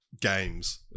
games